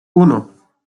uno